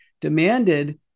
demanded